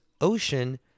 ocean